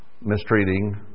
mistreating